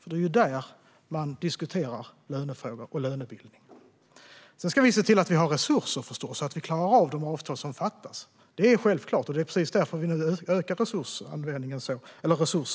för det är där man diskuterar lönefrågor och lönebildning. Sedan ska vi förstås se till att vi har resurser så att vi klarar av de avtal som ingås. Det är självklart, och det är precis därför vi nu ökar resurstillgången så mycket som vi gör för polisen.